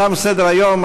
תם סדר-היום.